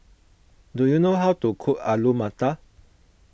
do you know how to cook Alu Matar